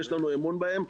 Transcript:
יש לנו אמון בהם,